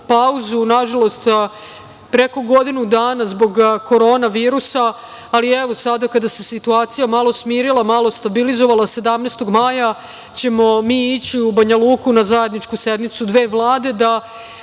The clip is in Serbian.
pauzu, nažalost, preko godinu dana zbog korona virusa, ali sada kada se situacija malo smirili, malo stabilizovala, 17. maja ćemo mi ići u Banja Luku na zajedničku sednicu dve vlade i